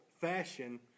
fashion